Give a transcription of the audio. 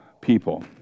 people